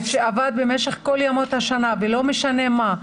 שעבד במשך כל ימות השנה ולא משנה מה,